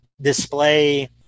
display